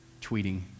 tweeting